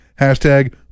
hashtag